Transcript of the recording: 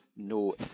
no